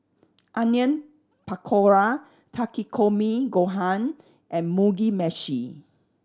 Onion Pakora Takikomi Gohan and Mugi Meshi